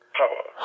power